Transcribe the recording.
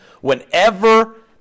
Whenever